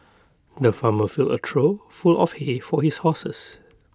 the farmer filled A trough full of hay for his horses